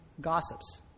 gossips